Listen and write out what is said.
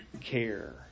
care